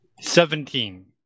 Seventeen